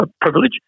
privilege